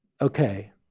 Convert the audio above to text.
okay